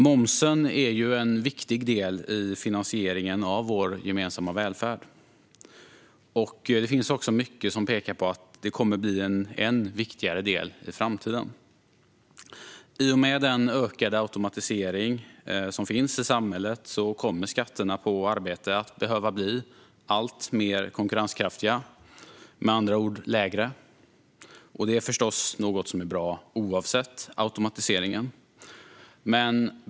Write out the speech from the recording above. Momsen är en viktig del i finansieringen av den gemensamma välfärden. Mycket pekar på att den i framtiden kommer att bli en ännu viktigare del. I och med den ökade automatisering som finns i samhället kommer skatterna på arbete att behöva bli alltmer konkurrenskraftiga, med andra ord lägre. Det är oavsett automatiseringen förstås något bra.